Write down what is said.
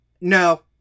no